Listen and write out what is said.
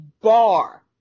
bar